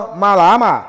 malama